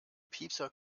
piepser